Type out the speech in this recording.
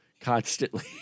constantly